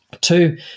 Two